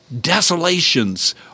Desolations